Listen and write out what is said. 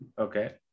okay